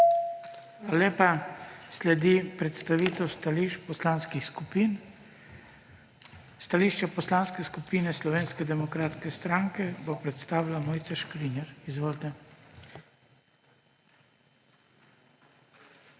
lepa. Sledi predstavitev stališč poslanskih skupin. Stališče Poslanske skupine Slovenske demokratske stranke bo predstavila Mojca Škrinjar. Izvolite.